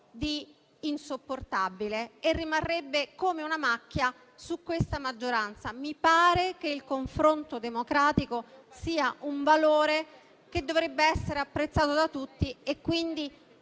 è insopportabile e rimarrebbe come una macchia su questa maggioranza. Mi pare che il confronto democratico sia un valore che dovrebbe essere apprezzato da tutti e quindi